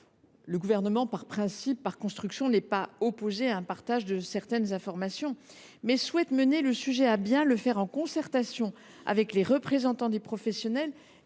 Le Gouvernement, par principe et par construction, n’est pas opposé à un partage de certaines informations, mais il souhaite mener le sujet à bien en concertation avec les représentants des professionnels